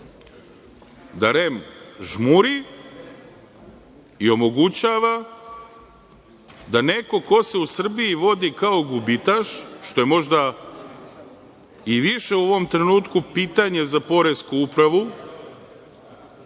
da REM žmuri i omogućava da neko ko se u Srbiji vodi kao gubitaš, što je možda i više u ovom trenutku pitanje za poresku upravu,